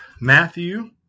Matthew